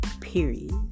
period